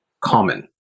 common